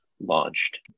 launched